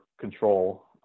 control